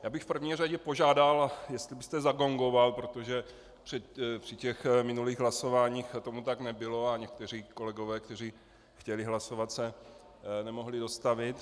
Já bych v prvé řadě požádal, jestli byste zagongoval, protože při minulých hlasováních tomu tak nebylo a někteří kolegové, kteří chtěli hlasovat, se nemohli dostavit.